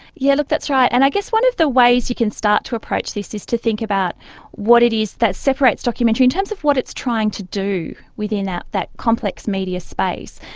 yeah like that's right, and i guess one of the ways you can start to approach this is to think about what it is that separates documentary in terms of what it's trying to do within that that complex media space.